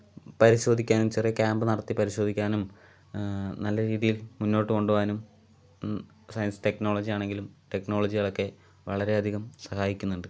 പരിശോധിക്കാനും ചെറിയ ക്യാമ്പ് നടത്തി പരിധോധിക്കാനും നല്ല രീതിയിൽ മുൻപോട്ട് കൊണ്ടുപോകാനും സയൻസ് ടെക്നോളജി ആണെങ്കിലും ടെക്നോളജികളൊക്കെ വളരെയധികം സഹായിക്കുന്നുണ്ട്